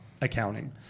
accounting